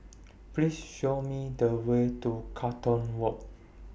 Please Show Me The Way to Carlton Walk